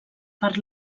per